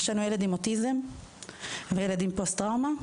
יש לנו ילד עם אוטיזם וילד עם פוסט טראומה,